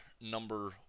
number